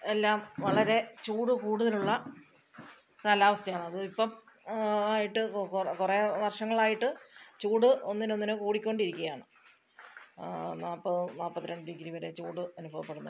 എല്ലാം വളരെ ചൂട് കൂടുതലുള്ള കാലാവസ്ഥയാണ് അത് ഇപ്പോള് ആയിട്ട് കൊ കുറേ വർഷങ്ങളായിട്ട് ചൂട് ഒന്നിനൊന്നിന് കൂടിക്കൊണ്ടിരിക്കുകയാണ് നാല്പത് നാല്പത്തിരണ്ട് ഡിഗ്രി വരെ ചൂട് അനുഭവപ്പെടുന്നുണ്ട്